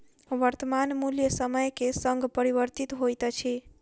वर्त्तमान मूल्य समय के संग परिवर्तित होइत अछि